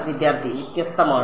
വിദ്യാർത്ഥി വ്യത്യസ്തമാണ്